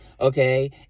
okay